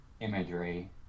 Imagery